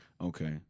Okay